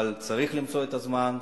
אבל צריך למצוא את הזמן,